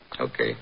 Okay